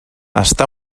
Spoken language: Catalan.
està